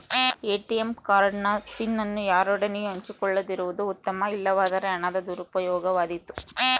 ATM card ನ pin ಅನ್ನು ಯಾರೊಡನೆಯೂ ಹಂಚಿಕೊಳ್ಳದಿರುವುದು ಉತ್ತಮ, ಇಲ್ಲವಾದರೆ ಹಣದ ದುರುಪಯೋಗವಾದೀತು